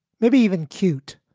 maybe even cute.